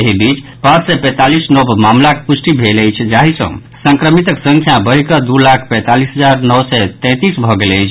एहि बीच पांच सय पैंतीस नव मामिलाक प्रष्टि भेल अछि जाहि सऽ संक्रमितक संख्या बढ़ि कऽ दू लाख पैंतालीस हजार नओ सय तैंतीस भऽ गेल अछि